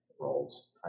roles